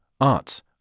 arts